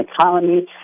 economy